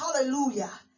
Hallelujah